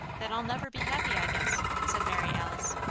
then i'll never be happy, i guess, said mary alice.